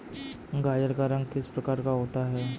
गाजर का रंग किस प्रकार का होता है?